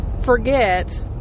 forget